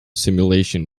simulation